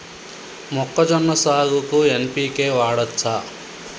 మొక్కజొన్న సాగుకు ఎన్.పి.కే వాడచ్చా?